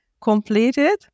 completed